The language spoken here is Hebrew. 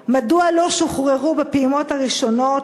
3. מדוע לא שוחררו בפעימות הראשונות?